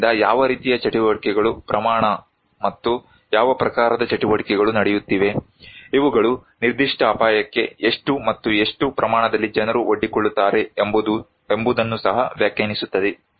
ಆದ್ದರಿಂದ ಯಾವ ರೀತಿಯ ಚಟುವಟಿಕೆಗಳು ಪ್ರಮಾಣ ಮತ್ತು ಯಾವ ಪ್ರಕಾರದ ಚಟುವಟಿಕೆಗಳು ನಡೆಯುತ್ತಿವೆ ಇವುಗಳು ನಿರ್ದಿಷ್ಟ ಅಪಾಯಕ್ಕೆ ಎಷ್ಟು ಮತ್ತು ಎಷ್ಟು ಪ್ರಮಾಣದಲ್ಲಿ ಜನರು ಒಡ್ಡಿಕೊಳ್ಳುತ್ತಾರೆ ಎಂಬುದನ್ನು ಸಹ ವ್ಯಾಖ್ಯಾನಿಸುತ್ತದೆ